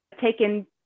taken